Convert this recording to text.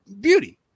beauty